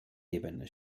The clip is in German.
ebene